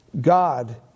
God